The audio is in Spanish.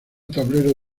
tablero